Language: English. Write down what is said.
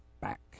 back